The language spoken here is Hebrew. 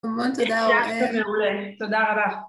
תודה רבה.